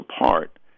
apart